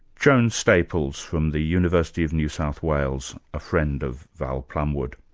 joan staples, from the university of new south wales, a friend of val plumwood.